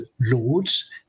lords